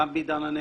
גם בעידן הנגב,